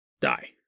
die